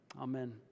Amen